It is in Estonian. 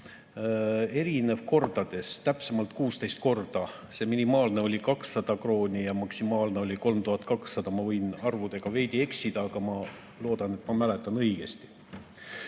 erinev kordades, täpsemalt 16 korda. Minimaalne oli 200 krooni ja maksimaalne oli 3200. Ma võin arvudega veidi eksida, aga ma loodan, et ma mäletan õigesti.